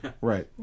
Right